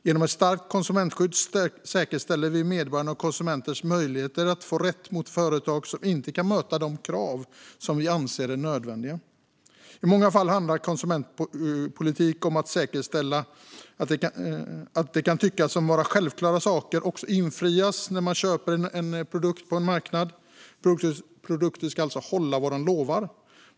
Genom ett starkt konsumentskydd säkerställer vi medborgarens och konsumentens möjligheter att få rätt mot företag som inte kan möta de krav som vi anser är nödvändiga. I många fall handlar konsumentpolitik om att säkerställa att det som kan tyckas vara självklart också infrias när man köper en produkt på en marknad. Produkter ska alltså hålla vad de lovar.